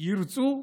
ירצו,